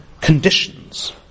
conditions